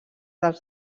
dels